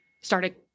started